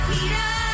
Peter